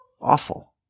awful